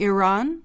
Iran